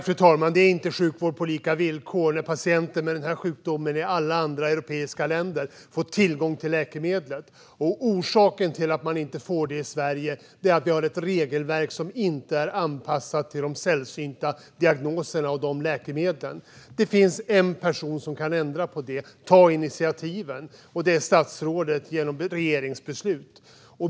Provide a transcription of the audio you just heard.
Fru talman! Det är inte sjukvård på lika villkor när patienter med den här sjukdomen får tillgång till läkemedlet i alla andra europeiska länder. Orsaken till att man inte får det i Sverige är att vårt regelverk inte är anpassat till de sällsynta diagnoserna och de läkemedlen. Det finns en person som kan ändra på det och ta initiativen, och det är statsrådet genom regeringsbeslut.